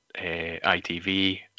ITV